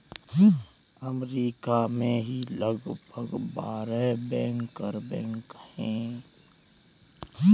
अमरीका में ही लगभग बारह बैंकर बैंक हैं